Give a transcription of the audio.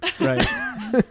right